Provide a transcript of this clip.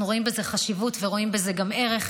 אנחנו רואים בזה חשיבות ורואים בזה גם ערך,